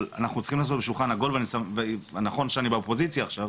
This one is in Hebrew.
אבל אנחנו צריכים לעשות שולחן עגול ונכון שאני באופוזיציה עכשיו,